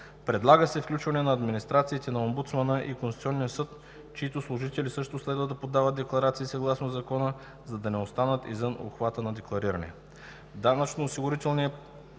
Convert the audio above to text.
Предлага се включване на администрациите на омбудсмана и Конституционния съд, които служители също следва да подават декларации съгласно Закона, за да не останат извън обхвата на деклариране.